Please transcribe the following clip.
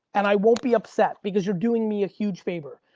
and i won't be upset because you're doing me a huge favor.